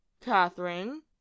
catherine